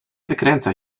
wykręcaj